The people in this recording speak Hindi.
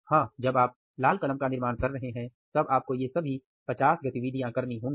हां जब आप लाल कलम का निर्माण कर रहे हैं तब आपको ये सभी 50 गतिविधियां करनी होगी